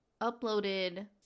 uploaded